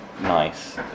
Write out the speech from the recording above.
Nice